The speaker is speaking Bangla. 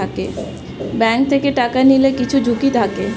ব্যাঙ্ক থেকে টাকা নিলে কিছু ঝুঁকি থাকে